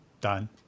done